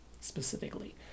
specifically